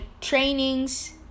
trainings